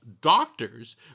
doctors